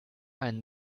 einen